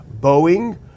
Boeing